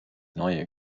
neue